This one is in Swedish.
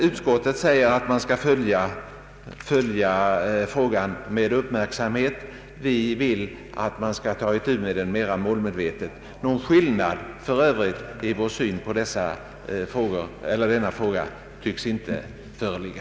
Utskottet säger att man skall följa frågan med uppmärksamhet; vi vill att man skall ta itu med den mera målmedvetet. Någon skillnad för övrigt i vår syn på problemet tycks inte föreligga.